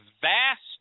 vast